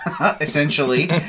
essentially